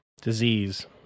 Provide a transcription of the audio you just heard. disease